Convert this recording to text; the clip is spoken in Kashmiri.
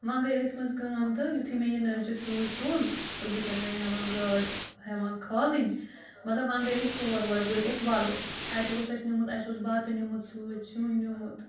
وۅنۍ گٔے أتھۍ منٛز کٲم تہٕ یُتھُے مےٚ یہِ نٔلچہِ سۭتۍ تُل تہٕ بہٕ چھَس وۅنۍ یہِ ہٮ۪وان گاڈ ہٮ۪وان کھالٕنۍ مطلب وۅنۍ گٔے أسۍ تور گۄڈٕ وٲتۍ أسۍ وَلُر اَتہِ اوس اَسہِ نِمُت اَسہِ اوس بَتہٕ نِمُت سۭتۍ سیُن نِمُت